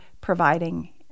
providing